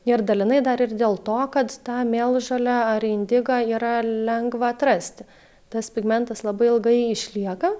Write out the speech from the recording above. ir dalinai dar ir dėl to kad tą mėlžolę ar indigą yra lengva atrasti tas pigmentas labai ilgai išlieka